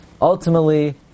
ultimately